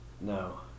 No